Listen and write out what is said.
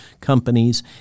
companies